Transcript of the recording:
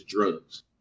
drugs